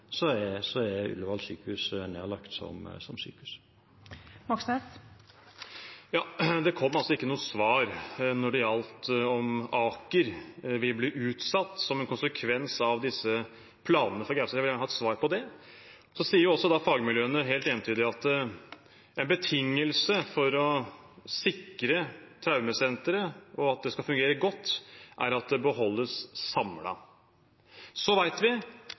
er nådd, er Ullevål sykehus nedlagt som sykehus. Det kom ikke noe svar når det gjaldt om gjenåpning av Aker sykehus vil bli utsatt, som en konsekvens av planene for Gaustad. Jeg vil gjerne ha et svar på det. Så sier fagmiljøene helt entydig at en betingelse for å sikre traumesenteret og for at det skal fungere godt, er at det beholdes